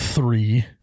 Three